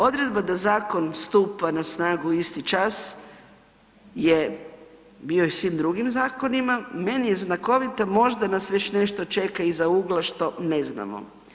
Odredba da zakon stupa na snagu isti čas je bio i u svim drugim zakonima, meni je znakovita možda nas već nešto čeka iza ugla što ne znamo.